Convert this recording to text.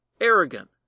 arrogant